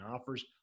offers